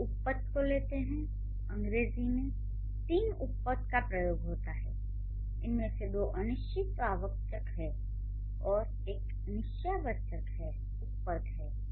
हम उपपद को लेते हैं अंग्रेजी में तीन उपपदों का प्रयोग होता है उनमें से 2 अनिश्चयवाचक हैं और 1 एक निश्चयवाचक उपपद है